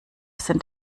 sind